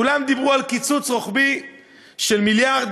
כולם דיברו על קיצוץ רוחבי של מיליארד